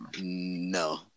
No